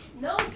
no